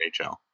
NHL